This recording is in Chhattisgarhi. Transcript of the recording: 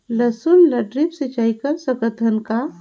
लसुन ल ड्रिप सिंचाई कर सकत हन का?